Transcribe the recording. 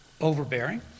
overbearing